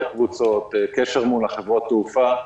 קבוצות וליצור קשר מול חברות התעופה.